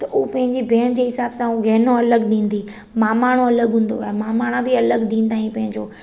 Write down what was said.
त हू पंहिंजी भेण जे हिसाबु सां उहो ॻहिनो अलॻि ॾींदी मामाणो अलॻि हूंदो आहे मामाणा बि अलॻि ॾींदा आहिनि पंहिंजो